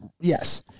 yes